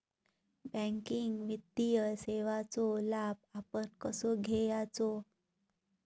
Banking वित्तीय सेवाचो लाभ आपण कसो घेयाचो?